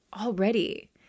already